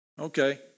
Okay